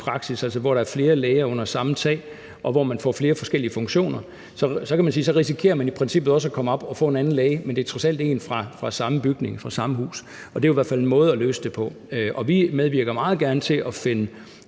lægepraksisser, hvor der er flere læger under samme tag, og hvor man får flere forskellige funktioner. Så kan man sige, at man i princippet også risikerer at komme op og få en anden læge, men det er trods alt en fra samme bygning, fra samme hus, og det er jo i hvert fald en måde at løse det på, og vi medvirker meget gerne til at finde